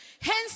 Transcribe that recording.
Hence